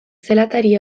zelatari